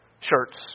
shirts